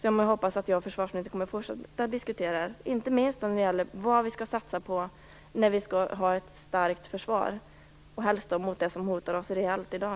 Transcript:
Jag hoppas att försvarsministern och jag kommer att fortsätta att diskutera vad vi skall satsa på för att få ett starkt försvar mot det som reellt hotar oss i dag.